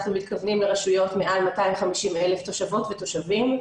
אנחנו מתכוונים לרשויות מעל 250,000 תושבות ותושבים.